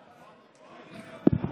תומכי טרור,